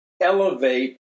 elevate